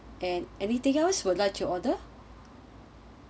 and anything else would like to order